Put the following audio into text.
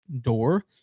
door